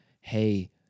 hey